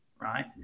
right